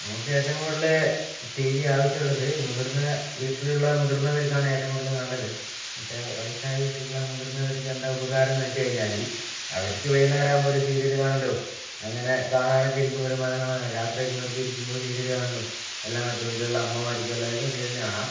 നമുക്ക് ഏറ്റവും കൂടുതൽ ടി വി ആവശ്യമുള്ളത് മുതിർന്ന വീട്ടിലുള്ള മുതിർന്നവർക്കാണ് ഏറ്റവും കൂടുതൽ നല്ലത് എന്നു വച്ചാൽ വയസ്സായിട്ടുള്ള മുതിർന്നവർക്ക് എന്താ ഉപകാരം എന്നു വച്ചു കഴിഞ്ഞാൽ അവർക്ക് വൈകുന്നേരം ആവുമ്പോൾ ഒരു സീരിയൽ കാണലും അങ്ങനെ കാണാനൊക്കെ ഇരിക്കുമ്പോൾ ഒരു മനഃസമാധാനമാണ് രാത്രിയൊക്കെ വെറുതെ ഇരിക്കുമ്പോൾ സീരിയൽ കാണലും എല്ലാം മറ്റ് വീട്ടിലുള്ള അമ്മമാർക്കും എല്ലാവർക്കും സീരിയൽ കാണാം